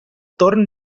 torn